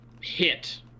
hit